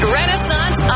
renaissance